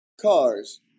Cars